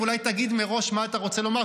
אולי תגיד מראש מה אתה רוצה לומר,